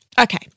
Okay